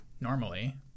normally